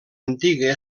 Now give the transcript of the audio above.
antiga